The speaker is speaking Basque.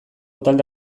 talde